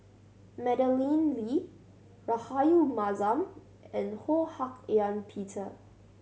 Madeleine Lee Rahayu Mahzam and Ho Hak Ean Peter